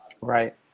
Right